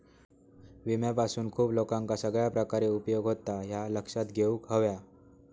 विम्यापासून खूप लोकांका सगळ्या प्रकारे उपयोग होता, ह्या लक्षात घेऊक हव्या